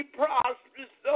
prosperous